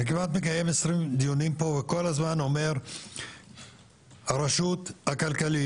אני מקיים 20 דיוני פה וכל הזמן אומר הרשות הכלכלית,